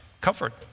comfort